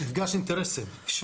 מפגש אינטרסים.